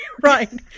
right